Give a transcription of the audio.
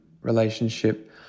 relationship